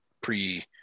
pre